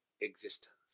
existence